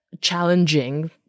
challenging